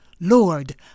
Lord